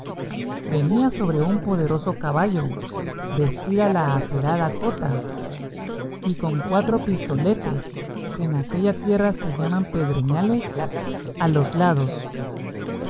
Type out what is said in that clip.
venía sobre un poderoso caballo vestida la acerada cota y con cuatro pistoletes que en aquella tierra se llaman pedreñales a los lados